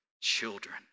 children